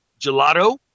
gelato